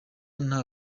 nta